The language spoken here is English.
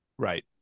Right